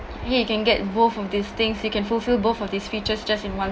here you can get both of these things you can fulfil both of these features just in one